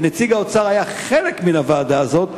ונציג האוצר היה חלק מן הוועדה הזאת,